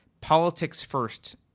politics-first